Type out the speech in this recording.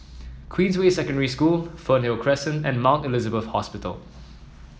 Queensway Secondary School Fernhill Crescent and Mount Elizabeth Hospital